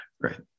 right